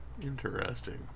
Interesting